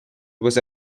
was